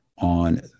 on